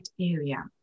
area